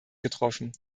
getroffen